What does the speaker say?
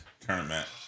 tournament